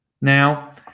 Now